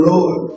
Lord